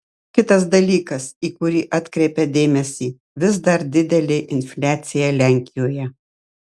kitas dalykas į kurį atkreipia dėmesį vis dar didelė infliacija lenkijoje